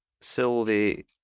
Sylvie